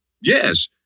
yes